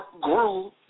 grew